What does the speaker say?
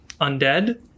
Undead